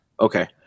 Okay